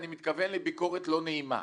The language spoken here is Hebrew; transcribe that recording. ואני מתכוון לביקורת לא נעימה,